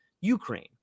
Ukraine